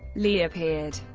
lee appeared,